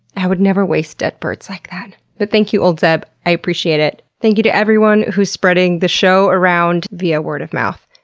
i would never waste dead birds like that. but thank you, oldzeb, i appreciate it. thank you to everyone who's spreading this show around via word of mouth.